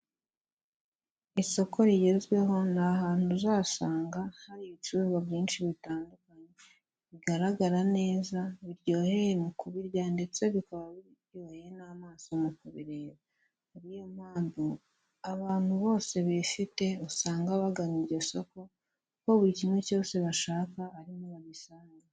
Isoko rigezweho ni ahantu uzasanga hari ibicuruzwa byinshi bitandukanye, bigaragara neza biryoheye mu kubirya ndetse bikaba biryoheye n'amaso mu kubireba, akaba ariyo mpamvu abantu bose bifite usanga bagana iryo soko kuko buri kimwe cyose bashaka arimo babisanga.